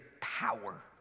power